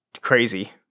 crazy